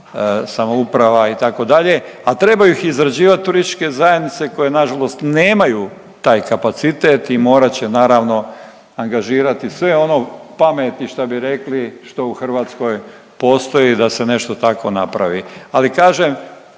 samouprava, itd., a trebaju ih izrađivati turističke zajednice koje nažalost nemaju taj kapacitet i morat će, naravno, angažirati sve ono pameti, šta bi rekli, što u Hrvatskoj postoji da se nešto tako napravi. Ali, kažem,